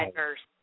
nurse